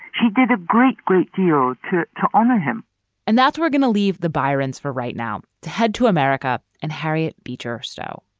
she did a great, great deal to to honor him and that's we're going to leave the byron's for right now to head to america and harriet beecher stowe.